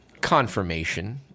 Confirmation